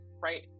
right